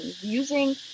using